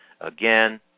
again